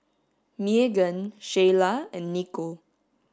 Meagan Shayla and Nico